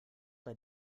bei